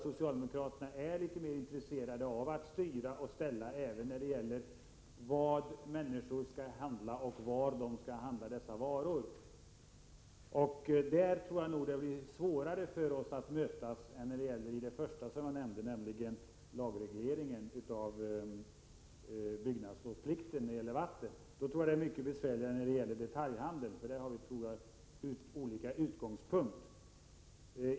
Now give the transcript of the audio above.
Socialdemokraterna är nog litet mer intresserade av att styra och ställa även när det gäller vilka varor människor skall handla och var de skall handla dessa varor. På den punkten tror jag det blir svårare för oss att mötas än när det gäller det första som jag nämnde, nämligen lagregleringen av byggnadslovsplikten för vatten och avlopp. Beträffande detaljhandeln har vi helt olika utgångspunkter.